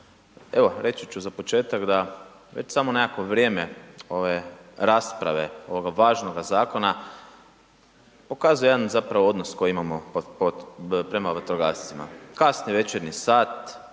evo reći ću za početak da već sam nekakvo vrijeme ove rasprave ovoga važnoga zakona pokazuje jedan zapravo odnos koji imamo prema vatrogascima. Kasni je večernji sat,